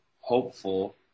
hopeful